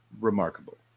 remarkable